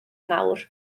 nawr